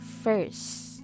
first